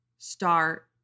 start